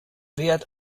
wert